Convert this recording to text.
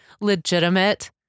legitimate